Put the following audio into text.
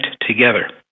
together